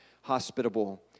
hospitable